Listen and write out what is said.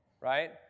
right